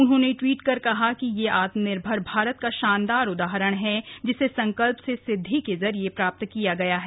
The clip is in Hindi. उन्होंने टवीट कर कहा कि यह आत्मनिर्भर भारत का शानदार उदाहरण है जिसे संकल्प से सिद्धि के जरिए प्राप्त किया गया है